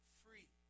free